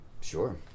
Sure